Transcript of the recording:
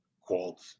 called